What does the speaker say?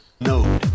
No